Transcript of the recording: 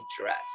dress